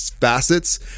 facets